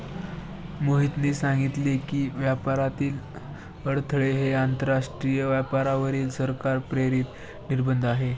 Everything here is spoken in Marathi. मोहितने सांगितले की, व्यापारातील अडथळे हे आंतरराष्ट्रीय व्यापारावरील सरकार प्रेरित निर्बंध आहेत